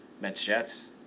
Mets-Jets